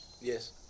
Yes